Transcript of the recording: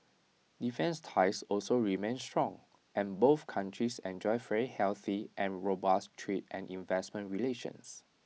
defence ties also remain strong and both countries enjoy very healthy and robust trade and investment relations